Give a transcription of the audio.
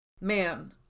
Man